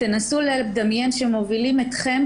תנסו לדמיין שמובילים אתכם,